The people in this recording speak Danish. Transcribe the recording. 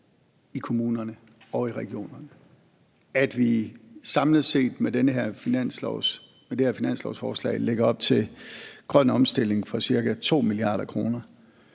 i kommunerne og i regionerne, og at vi samlet set med det her finanslovsforslag lægger op til grøn omstilling for ca. 2 mia. kr.